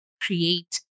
create